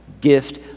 gift